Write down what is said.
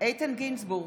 איתן גינזבורג,